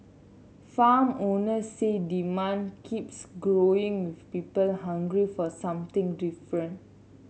farm owners say demand keeps growing with people hungry for something different